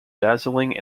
dazzling